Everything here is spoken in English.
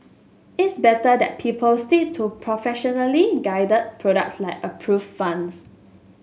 it's better that people stick to professionally guided products like approved funds